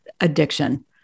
addiction